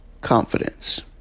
confidence